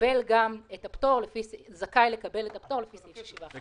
זכאי גם לקבל את הפטור לעניין סעיף 61. הוא